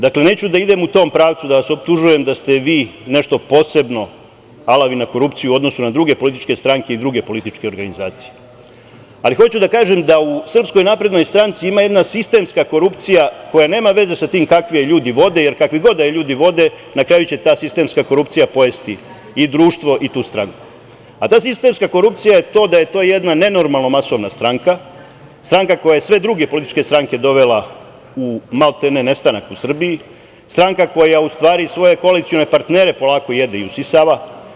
Dakle, neću da idem u tom pravcu da vas optužujem da ste vi nešto posebno alavi na korupciju u odnosu na druge političke stranke i druge političke organizacije, ali hoću da kažem da u SNS ima jedna sistemska korupcija koja nema veze sa tim kakvi je ljudi vode, jer kakvi god da je ljudi vode na kraju će ta sistemska korupcija pojesti i društvo i tu stranku, a ta sistemska korupcija je to da je to jedna nenormalna masovna stranka, stranka koja je sve druge političke stranke dovela u maltene nestanak u Srbiji, stranka koja u stvari svoje koalicione partnere polako jede i usisava.